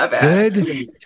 Good